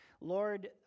Lord